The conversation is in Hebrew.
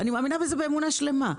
אני מאמינה בזה באמונה שלמה.